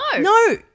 No